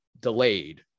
delayed